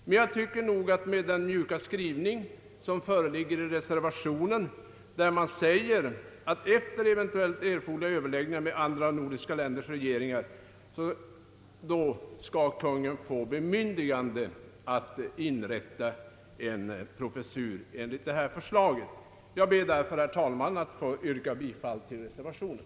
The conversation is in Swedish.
Men jag tycker nog att man kunde acceptera den mjuka skrivning som föreligger i reservationen, där man säger att »efter eventuellt erforderliga överläggningar med de andra nordiska ländernas regeringar» skall Kungl. Maj:t få bemyndigande att inrätta professurer enligt förslaget i motionerna. Herr talman! Jag ber att få yrka bifall till reservationen.